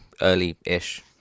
early-ish